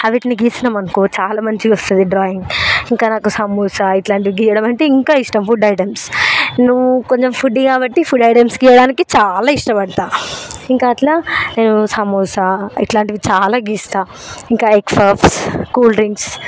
ఆ వీటిని గీసినాము అనుకో చాలా మంచిగా వస్తుంది డ్రాయింగ్ ఇంకా నాకు సమోసా ఇట్లాంటివి గీయడం అంటే ఇంకా ఇష్టం ఫుడ్ ఐటమ్స్ నేను కొంచెం ఫుడీ కాబట్టి ఫుడ్ ఐటమ్స్ గీయడానికి చాలా ఇష్టపడుతా ఇంకా అట్లా నేను సమోసా ఇట్లాంటివి చాలా గీస్తా ఇంకా ఎగ్ పఫ్స్ కూల్ డ్రింక్స్